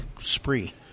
spree